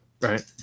Right